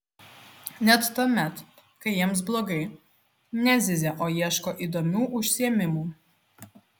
net tuomet kai jiems blogai nezyzia o ieško įdomių užsiėmimų